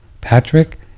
Patrick